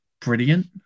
brilliant